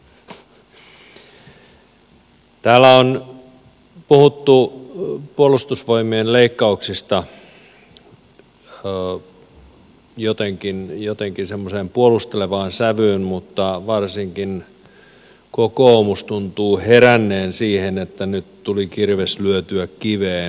täällä on puhuttu puolustusvoimien leikkauksista jotenkin semmoiseen puolustelevaan sävyyn mutta varsinkin kokoomus tuntuu heränneen siihen että nyt tuli kirves lyötyä kiveen